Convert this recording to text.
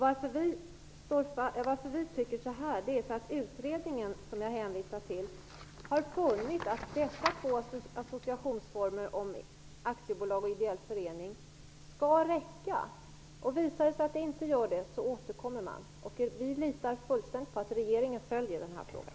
Vi tycker så här eftersom den utredning som jag hänvisade till har funnit att dessa två associationsformer, aktiebolag och ideell förening, skall räcka. Om det visar sig att det inte gör det får man återkomma. Vi litar fullständigt på att regeringen följer den här frågan.